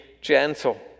gentle